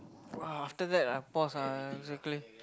!wah! after that I pause ah exactly